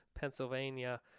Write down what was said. Pennsylvania